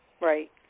Right